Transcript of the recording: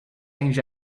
change